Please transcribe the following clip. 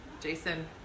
jason